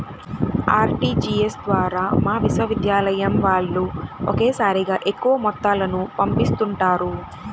RTGS ద్వారా మా విశ్వవిద్యాలయం వాళ్ళు ఒకేసారిగా ఎక్కువ మొత్తాలను పంపిస్తుంటారు